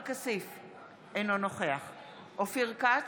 אינו נוכח אופיר כץ,